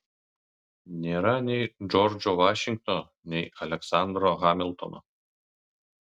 nėra nei džordžo vašingtono nei aleksandro hamiltono